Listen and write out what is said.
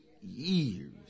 years